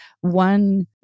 One